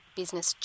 business